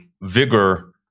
vigor